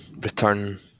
return